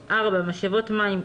(4) משאבות מים,